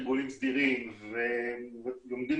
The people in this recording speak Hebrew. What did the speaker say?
פרופ' יונת,